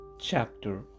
chapter